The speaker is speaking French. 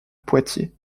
poitiers